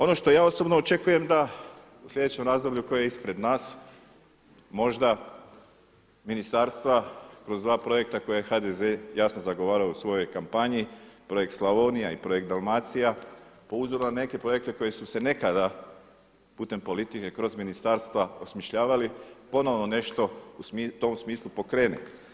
Ono što ja osobno očekujem da u slijedećem razdoblju koje je ispred nas možda ministarstva kroz dva projekta koje je HDZ jasno zagovarao u svojoj kampanji projekt Slavonija i projekt Dalmacija po uzoru na neke projekte koji su se nekada putem politike, kroz ministarstva osmišljavali, ponovno nešto u tom smislu pokrene.